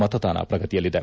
ಮತದಾನ ಪ್ರಗತಿಯಲ್ಲಿದೆ